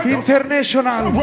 international